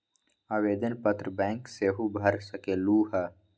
आवेदन पत्र बैंक सेहु भर सकलु ह?